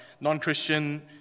non-Christian